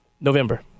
November